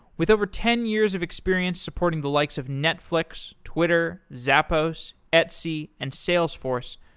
with over ten years of experience supporting the likes of netflix, twitter, zappos, etsy, and salesforce,